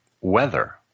Weather